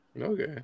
Okay